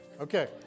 Okay